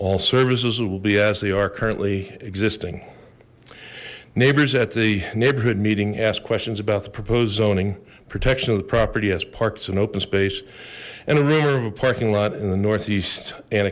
all services will be as they are currently existing neighbors at the neighborhood meeting asked questions about the proposed zoning protection of the property as parks and open space and a railer of a parking lot in the northeast an